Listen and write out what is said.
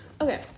Okay